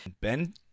Ben